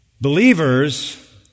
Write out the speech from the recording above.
Believers